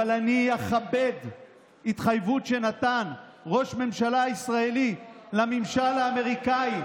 אבל אני אכבד התחייבות שנתן ראש ממשלה ישראלי לממשל האמריקאי,